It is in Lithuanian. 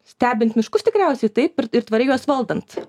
stebint miškus tikriausiai taip ir tvariai juos valdant